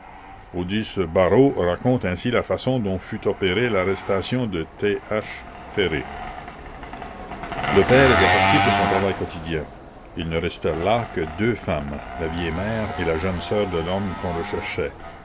raconte ainsi la façon dont fut opérée l'arrestation de th ferré le père était parti pour son travail quotidien il ne restait là que deux femmes la vieille mère et la jeune sœur de l'homme qu'on recherchait